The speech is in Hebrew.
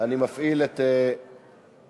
אני מפעיל את ההצבעה.